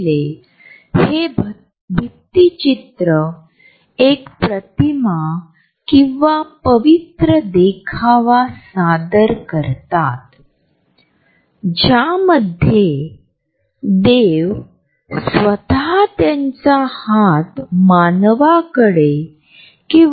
या चर्चेमध्ये आपण प्रॉक्सॅमिक्स म्हणजे निकटता किंवा परस्परांमधील अंतर यास समजून घेण्याचा प्रयत्न करू आणि प्रॉक्सॅमिक्सचे चार मूलभूत क्षेत्र समजून घेऊ